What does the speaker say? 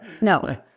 No